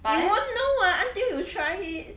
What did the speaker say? you won't know what until you try it